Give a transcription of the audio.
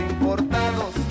importados